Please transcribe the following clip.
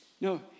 No